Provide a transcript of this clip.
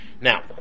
Now